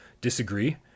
disagree